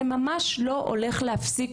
זה ממש לא הולך להפסיק,